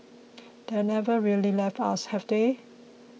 they've never really left us have they